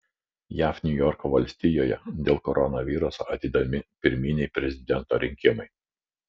jav niujorko valstijoje dėl koronaviruso atidedami pirminiai prezidento rinkimai